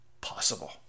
possible